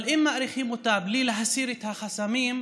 אבל אם מאריכים אותה בלי להסיר את החסמים,